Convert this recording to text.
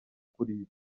kuriya